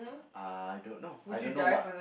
I don't know I don't know what